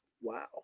Wow